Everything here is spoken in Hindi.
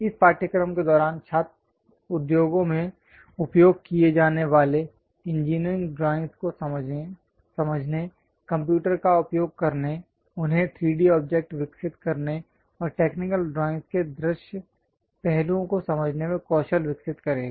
इस पाठ्यक्रम के दौरान छात्र उद्योगों में उपयोग किए जाने वाले इंजीनियरिंग ड्राइंगस् को समझने कंप्यूटर का उपयोग करने उन्हें 3D ऑब्जेक्ट विकसित करने और टेक्निकल ड्राइंगस् के दृश्य पहलुओं को समझने में कौशल विकसित करेगा